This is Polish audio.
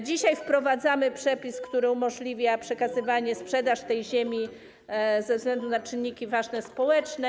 Dzisiaj wprowadzamy przepis, który umożliwia przekazywanie, sprzedaż tej ziemi ze względu na czynniki ważne społeczne.